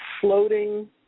floating